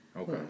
Okay